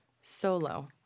solo